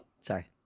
Sorry